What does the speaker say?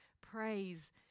praise